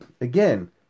again